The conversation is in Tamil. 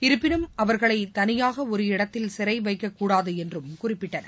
இருப்பினும் அவர்களைதனியாகஒரு இடத்தில் சிறைவைக்கக்கூடாதுஎன்றும் குறிப்பிட்டனர்